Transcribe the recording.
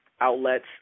outlets